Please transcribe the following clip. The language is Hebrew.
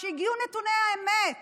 כשהגיעו נתוני האמת